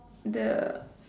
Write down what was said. the